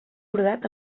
brodat